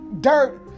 dirt